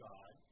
God